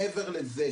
מעבר לזה,